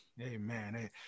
Amen